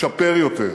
לשפר יותר.